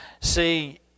See